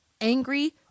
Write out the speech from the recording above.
angry